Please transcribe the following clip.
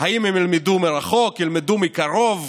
אם הם ילמדו מרחוק או ילמדו מקרוב,